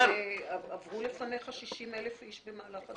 גם עברו לפניך 60,000 אנשים במהלך הדיונים.